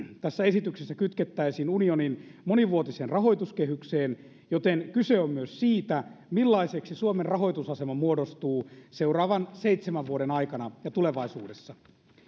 tässä esityksessä kytkettäisiin unionin monivuotiseen rahoituskehykseen joten kyse on myös siitä millaiseksi suomen rahoitusasema muodostuu seuraavan seitsemän vuoden aikana ja tulevaisuudessa